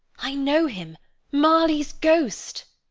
i know him marley's ghost!